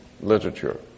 literature